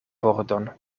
pordon